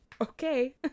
Okay